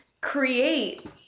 create